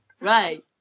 Right